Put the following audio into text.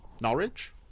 Norwich